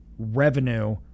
revenue